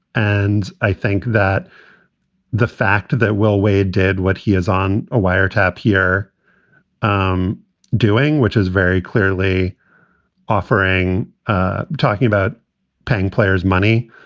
and i think that the fact that will wade did what he has on a wiretap here um doing, which is very clearly offering ah talking about paying players money.